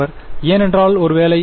மாணவர் ஏனென்றால் ஒருவேளை